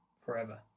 forever